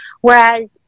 whereas